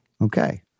Okay